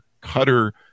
Cutter